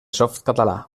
softcatalà